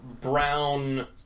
brown